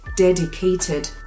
Dedicated